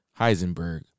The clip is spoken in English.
Heisenberg